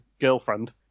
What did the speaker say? girlfriend